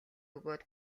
өгөөд